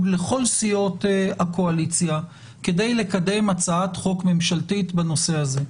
לכל סיעות הקואליציה כדי לקדם הצעת חוק ממשלתית בנושא הזה.